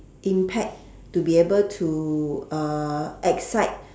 impact to be able to uh excite